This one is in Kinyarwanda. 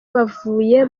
bavuye